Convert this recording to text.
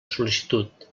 sol·licitud